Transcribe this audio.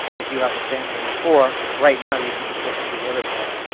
if you have a family of four, right now you could just look at your water bill.